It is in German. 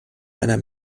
einer